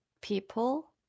people